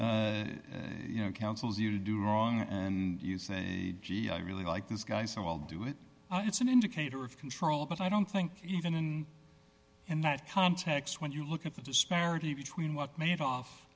somebody you know counsels you to do wrong and you say gee i really like this guy so i'll do it it's an indicator of control but i don't think even in that context when you look at the disparity between what made off